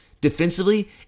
defensively